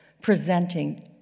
presenting